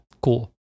Cool